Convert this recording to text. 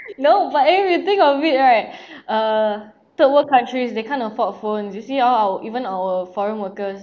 no but eh when you think of it right uh third world countries they can't afford phones you see all our even our foreign workers